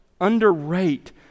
underrate